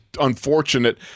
unfortunate